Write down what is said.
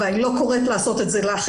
אבל אני לא קוראת לעשות את זה לאחרים,